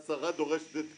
השרה דורשת את פיטוריה.